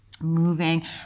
moving